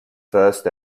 first